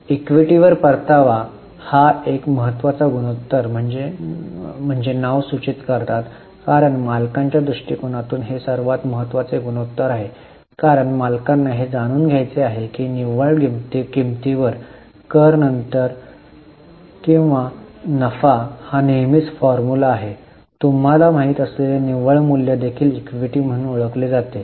इक्विटीवर परतावा हा एक महत्त्वाचा गुणोत्तर म्हणजे नावे सूचित करतात कारण मालकांच्या दृष्टिकोनातून हे सर्वात महत्वाचे गुणोत्तर आहे कारण मालकांना हे जाणून घ्यायचे आहे की निव्वळ किमतीवर कर नंतर किती नफा हा नेहमीचा फॉर्म्युला आहे तुम्हाला माहित असलेले निव्वळ मूल्य देखील आहे इक्विटी म्हणून ओळखले जाते